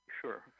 Sure